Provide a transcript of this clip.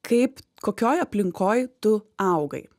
kaip kokioj aplinkoj tu augai